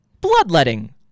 bloodletting